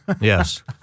Yes